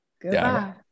goodbye